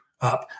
up